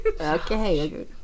Okay